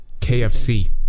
KFC